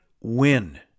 win